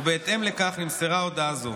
ובהתאם לכך נמסרה הודעה זו.